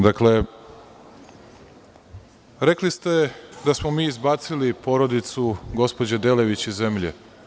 Dakle, rekli ste da smo mi izbacili porodicu gospođe Delević iz zemlje.